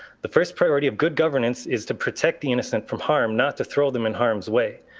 the first priority of good governance is to protect the innocent from harm, not to throw them in harm's way.